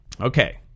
okay